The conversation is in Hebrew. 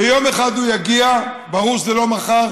ויום אחד הוא יגיע, ברור שזה לא מחר,